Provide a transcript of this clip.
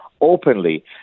openly